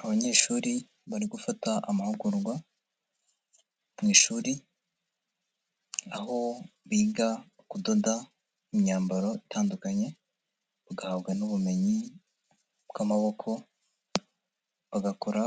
Abanyeshuri bari gufata amahugurwa mu ishuri, aho biga kudoda imyambaro itandukanye, bagahabwa n'ubumenyi bw'amaboko, bagakora